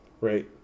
Right